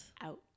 Out